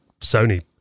Sony